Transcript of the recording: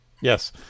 Yes